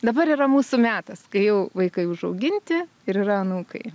dabar yra mūsų metas kai vaikai užauginti ir yra anūkai